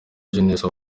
jeunesse